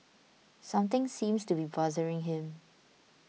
something seems to be bothering him